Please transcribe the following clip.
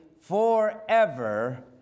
forever